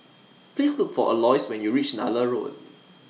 Please Look For Alois when YOU REACH Nallur Road